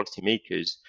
policymakers